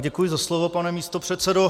Děkuji za slovo, pane místopředsedo.